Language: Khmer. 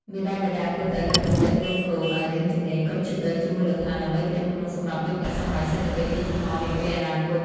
មាតាបិតាគួរតែលើកទឹកចិត្តកូនៗឱ្យរៀនជំនាញកុំព្យូទ័រជាមូលដ្ឋាន ដើម្បីត្រៀមខ្លួនសម្រាប់យុគសម័យសេដ្ឋកិច្ចឌីជីថលនាពេលអនាគត។